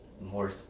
More